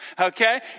okay